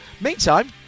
Meantime